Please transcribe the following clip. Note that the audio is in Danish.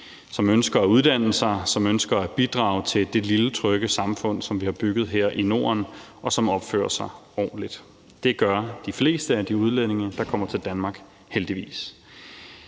som ønsker at uddanne sig, som ønsker at bidrage til det lille trygge samfund, som vi har bygget her i Norden, og som opfører sig ordentligt. Det gør de fleste af de udlændinge, der kommer til Danmark, heldigvis.